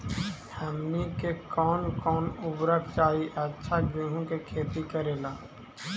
हमनी के कौन कौन उर्वरक चाही अच्छा गेंहू के खेती करेला?